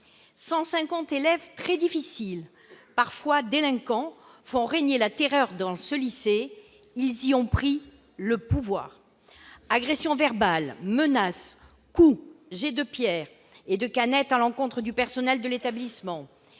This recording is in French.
150 élèves « très difficiles », parfois délinquants, font régner la terreur dans ce lycée. Ils y ont pris le pouvoir : agressions verbales, menaces, coups, jets de pierres et de canettes à l'encontre du personnel de l'établissement